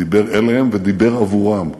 דיבר אליהם ודיבר עבורם.